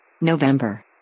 November